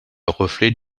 reflet